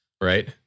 right